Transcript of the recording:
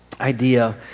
idea